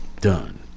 done